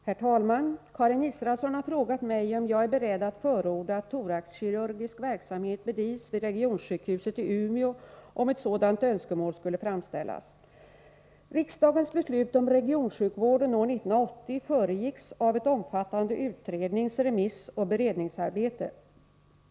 Herr talman! Karin Israelsson har frågat mig om jag är beredd att förorda att thoraxkirurgisk verksamhet bedrivs vid regionsjukhuset i Umeå om ett sådant önskemål skulle framställas. Riksdagens beslut om regionsjukvården år 1980 föregicks av ett omfattande utrednings-, remissoch beredningsarbete.